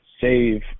save